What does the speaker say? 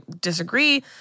disagree